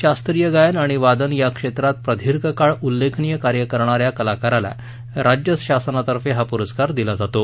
शास्त्रीय गायन आणि वादन या क्षेत्रात प्रदीर्घ काळ उल्लेखनीय कार्य करणाऱ्या कलाकाराला राज्य शासनातर्फे हा पुरस्कार दिला जातो